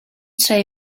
say